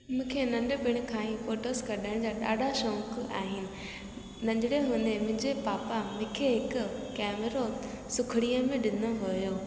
मूंखे नंढपण खां ई फोटोज़ कढण जा ॾाढा शौक़ु आहिनि नंढिड़े हूंदे हूंदे मुंहिंजे पापा मूंखे हिकु कैमरो सुखड़ीअ में ॾिनो हुओ